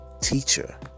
teacher